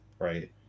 right